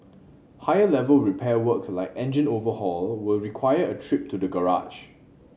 higher level repair work like engine overhaul will require a trip to the garage